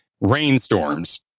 Rainstorms